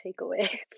takeaway